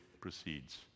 proceeds